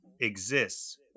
exists